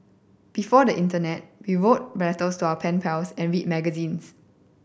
before the internet we wrote letters to our pen pals and read magazines